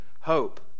hope